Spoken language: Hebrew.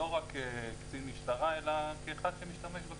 לא רק כקצין משטרה אלא כאחד שמשתמש בכביש.